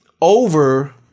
over